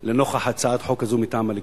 לנוכח הצעת חוק כזאת מטעם הליכוד.